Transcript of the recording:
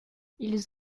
ils